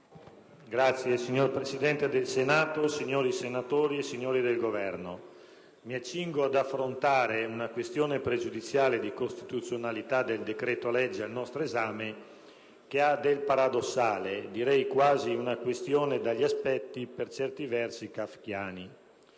*(PD)*. Signor Presidente del Senato, signori senatori, signori del Governo, mi accingo ad affrontare una questione pregiudiziale di costituzionalità del decreto-legge al nostro esame che ha del paradossale, direi che è quasi una questione dagli aspetti per certi versi kafkiani.